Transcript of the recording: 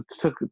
took